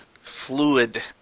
fluid